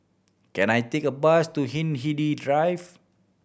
can I take a bus to Hindhede Drive